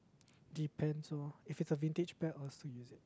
depends lor if it's a vintage bag i'll still use it